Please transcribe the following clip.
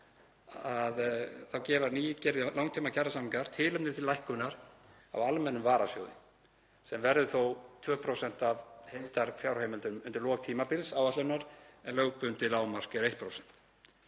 Þá gefa nýgerðir langtímakjarasamningar tilefni til lækkunar á almennum varasjóði sem verður þó 2% af heildarfjárheimildum undir lok tímabils áætlunar en lögbundið lágmark er 1%.